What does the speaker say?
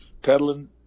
peddling